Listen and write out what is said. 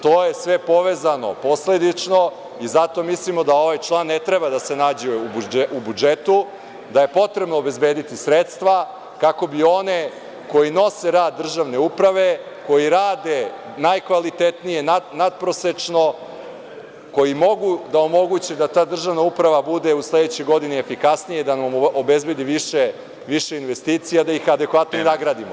To je sve povezano posledično i zato mislimo da ovaj član ne treba da se nađe u budžetu, da je potrebno obezbediti sredstva, kako bi one koji nose rad državne uprave, koji rade najkvalitetnije, natprosečno, koji mogu da omoguće da ta državna uprava bude u sledećoj godini efikasnija i da nam obezbedi više investicija, da ih adekvatno i nagradimo.